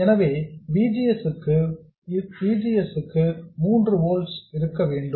எனவே V G S இக்கு 3 volts இருக்க வேண்டும்